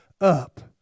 up